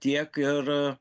tiek ir